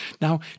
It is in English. Now